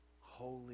holy